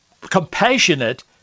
compassionate